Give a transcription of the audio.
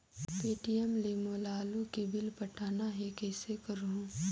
Paytm ले मोला आलू के बिल पटाना हे, कइसे करहुँ?